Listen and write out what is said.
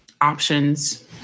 options